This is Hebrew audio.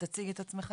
נוספת.